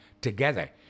together